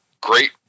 great